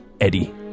Eddie